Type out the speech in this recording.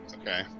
okay